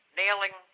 nailing